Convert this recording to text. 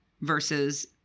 versus